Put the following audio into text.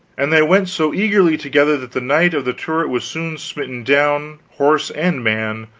and they went so eagerly together, that the knight of the turret was soon smitten down, horse and man,